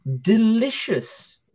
delicious